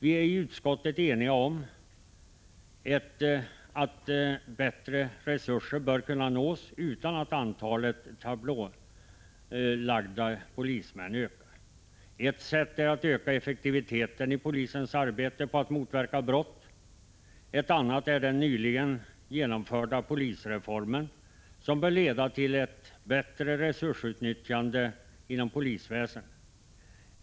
Vi är i utskottet eniga om att bättre resurser bör kunna nås utan att antalet tablålagda polismanstjänster ökar. Ett sätt är att öka effektiviteten i polisens arbete på att motverka brott. Ett annat sätt är den nyligen genomförda polisreformen, som bör leda till ett bättre resursutnyttjande inom polisväsendet.